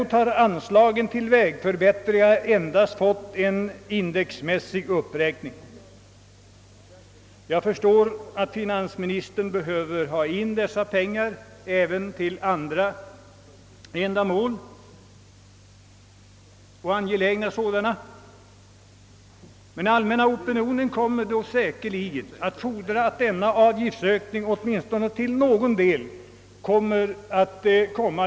Anslagen till vägförbättringar har samtidigt endast fått en indexmässig uppräkning. Jag förstår att finansministern behöver dessa pengar för andra angelägna ändamål; men allmänna opinionen kommer säkerligen att fordra att avgiftsökningen åtminstone till någon del kommer.